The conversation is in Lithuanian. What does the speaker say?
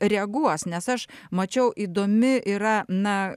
reaguos nes aš mačiau įdomi yra na